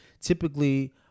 typically